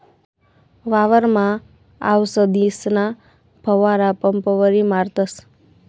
वावरमा आवसदीसना फवारा पंपवरी मारतस